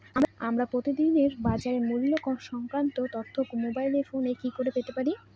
আমরা প্রতিদিন বাজার মূল্য সংক্রান্ত তথ্য মোবাইল ফোনে কি করে পেতে পারি?